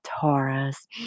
taurus